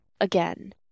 again